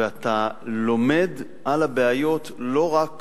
ואתה לומד על הבעיות לא רק